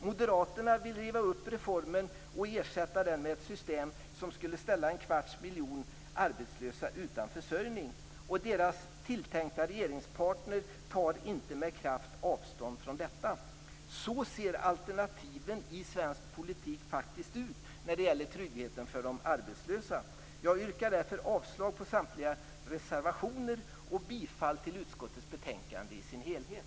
Moderaterna vill riva upp reformen och ersätta den med ett system som skulle ställa en kvarts miljon arbetslösa utan försörjning. Deras tilltänkta regeringspartner tar inte med kraft avstånd från detta. Så ser alternativen i svensk politik faktiskt ut när det gäller tryggheten för de arbetslösa. Jag yrkar därför avslag på samtliga reservationer och bifall till utskottets hemställan i dess helhet.